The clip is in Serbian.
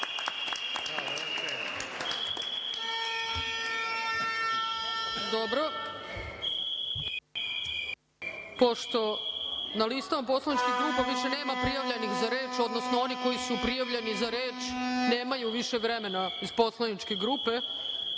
Dobro. Pošto na listama poslaničkih grupa više nema prijavljenih za reč, odnosno oni koji su prijavljeni za reč nemaju više vremena iz poslaničke grupe,